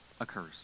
occurs